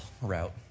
route